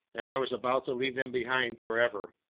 and i was about to leave them behind forever.